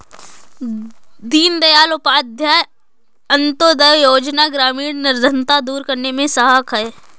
दीनदयाल उपाध्याय अंतोदय योजना ग्रामीण निर्धनता दूर करने में सहायक है